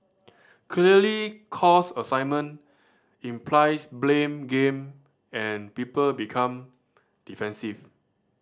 clearly 'cause assignment' implies blame game and people become defensive